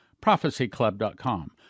prophecyclub.com